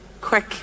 quick